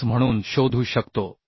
5 म्हणून शोधू शकतो